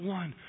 one